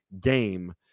game